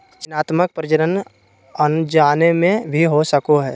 चयनात्मक प्रजनन अनजाने में भी हो सको हइ